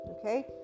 Okay